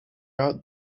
out